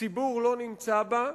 הציבור לא נמצא בה,